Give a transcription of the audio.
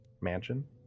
mansion